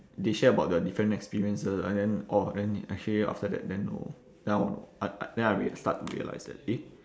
they share about their different experiences and then orh then actually after that then know then I wan~ I I then I rea~ start to realise that eh